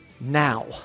now